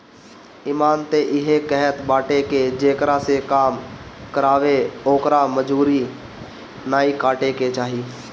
इमान तअ इहे कहत बाटे की जेकरा से काम करावअ ओकर मजूरी नाइ काटे के चाही